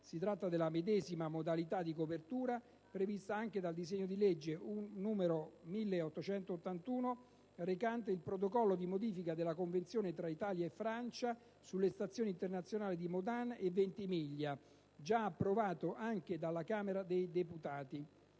Si tratta della medesima modalità di copertura prevista anche dal disegno di legge n. 1881 recante il Protocollo di modifica della Convenzione tra Italia e Francia sulle stazioni internazionali di Modane e Ventimiglia, già approvato anche dalla Camera dei deputati.